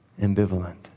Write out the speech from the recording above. ambivalent